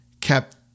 kept